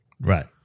Right